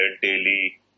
daily